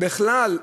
בכלל,